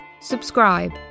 subscribe